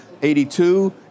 82